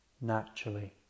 naturally